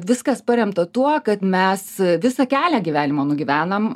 viskas paremta tuo kad mes visą kelią gyvenimo nugyvenam